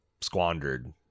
squandered